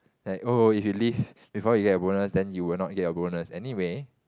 like oh if you leave before you get bonus then you will not get your bonus anyway